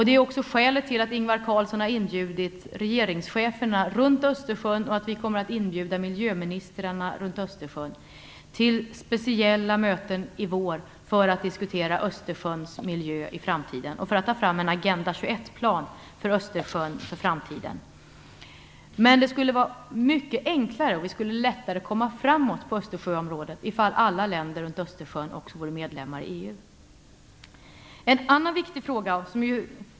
Det är också skälet till att Ingvar Carlsson har inbjudit regeringscheferna runt Östersjön och att vi kommer att inbjuda miljöministrarna runt Östersjön till speciella möten i vår för att diskutera Östersjöns miljö i framtiden och för att ta fram en Agenda 21 Men det skulle vara mycket enklare och vi skulle lättare komma framåt när det gäller Östersjön om alla länder runt Östersjön också vore medlemmar i EU.